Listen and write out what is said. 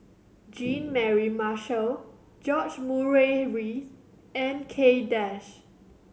Jean Mary Marshall George Murray Reith and Kay Das